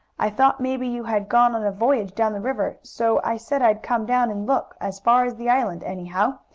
i thought maybe you had gone on a voyage down the river, so i said i'd come down and look, as far as the island, anyhow.